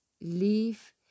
Leave